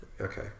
Okay